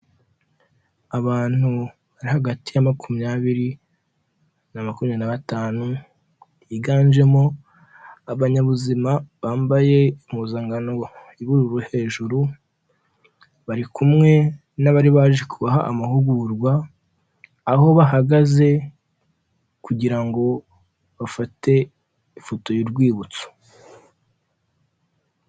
Abantu bari hagati ya makumyabiri na makumyabiri na batanu, yiganjemo abanyabuzima bambaye impuzankano y'ubururu hejuru, bari kumwe n'abari baje kubaha amahugurwa, aho bahagaze kugira ngo bafate ifoto y'urwibutso.